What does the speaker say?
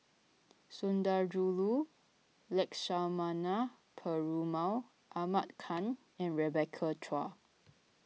Sundarajulu Lakshmana Perumal Ahmad Khan and Rebecca Chua